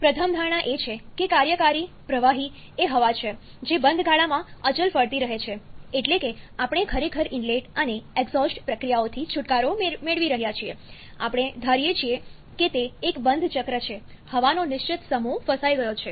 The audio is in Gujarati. પ્રથમ ધારણા એ છે કે કાર્યકારી પ્રવાહી એ હવા છે જે બંધ ગાળામાં અચલ ફરતી રહે છે એટલે કે આપણે ખરેખર ઇનલેટ અને એક્ઝોસ્ટ પ્રક્રિયાઓથી છૂટકારો મેળવી રહ્યા છીએ આપણે ધારીએ છીએ કે તે એક બંધ ચક્ર છે હવાનો નિશ્ચિત સમૂહ ફસાઈ ગયો છે